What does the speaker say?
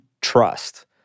trust